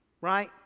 right